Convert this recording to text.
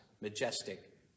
majestic